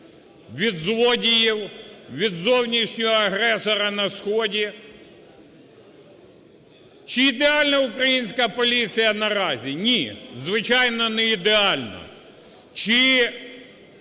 від злодіїв, від зовнішнього агресора на сході. Чи ідеальна українська поліція наразі? Ні, звичайно, не ідеальна. Чи